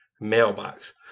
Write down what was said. mailbox